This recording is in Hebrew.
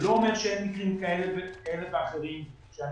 זה לא אומר שאין מקרים כאלה ואחרים ואני